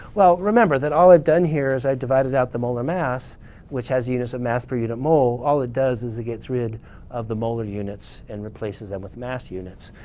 well, remember that all i've done here is i divided out the molar mass which has units of mass per unit mole. all it does is it gets rid of the molar units and replaces them with mass units.